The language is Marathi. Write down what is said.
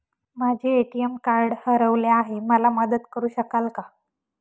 माझे ए.टी.एम कार्ड हरवले आहे, मला मदत करु शकाल का?